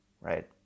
right